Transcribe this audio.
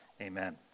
amen